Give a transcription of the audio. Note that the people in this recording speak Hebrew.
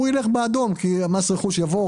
הוא ילך באדום כי מס רכוש בא,